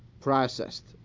processed